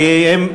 כי הם,